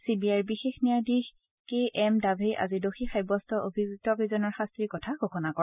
C B আইৰ বিশেষ ন্যায়াধীশ কে এম ডাভেই আজি দোষী সাব্যস্ত অভিযুক্তকেইজনৰ শাস্তিৰ কথা ঘোষণা কৰে